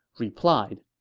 replied,